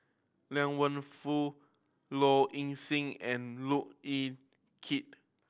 Liang Wenfu Low Ing Sing and Look Yan Kit